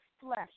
flesh